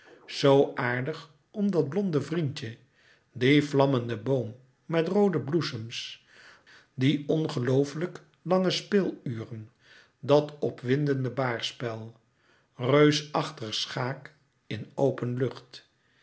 zoo aardig om dat blonde vriendje dien vlammenden boom met roode bloesems die ongelooflijk lange speeluren dat opwindende baarspel reusachtig schaak in open lucht